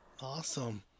Awesome